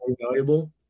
valuable